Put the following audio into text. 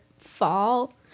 fall